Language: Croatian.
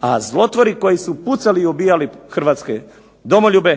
a zlotvori koji su pucali i ubijali hrvatske domoljube